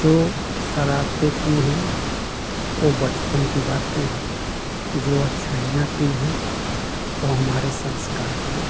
जो सरारतें की हैं वो बचपन की बातें हैं जो अच्छाइयाँ की हैं वो हमारे संस्कार हैं